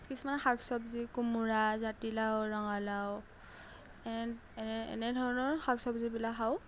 কিছুমান শাক চবজি কোমোৰা জাতিলাও ৰঙালাও এ এনে এনেধৰণৰ শাক চবজিবিলাক খাওঁ